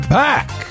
back